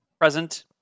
present